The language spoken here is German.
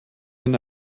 eine